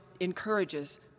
encourages